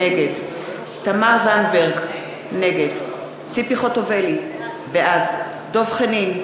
נגד תמר זנדברג, נגד ציפי חוטובלי, בעד דב חנין,